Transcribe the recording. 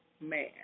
man